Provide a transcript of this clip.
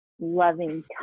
loving